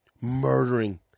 murdering